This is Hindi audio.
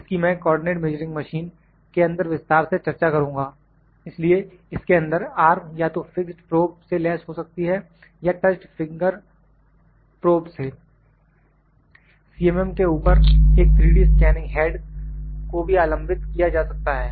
इसकी मैं कोऑर्डिनेट मेजरिंग मशीन के अंदर विस्तार से चर्चा करुंगा इसलिए इसके अंदर आर्म या तो फिक्स्ड प्रोब से लैस हो सकती है या टच्ड फिगर प्रोब से CMM के ऊपर एक 3D स्कैनिंग हेड को भी आलंबित किया जा सकता है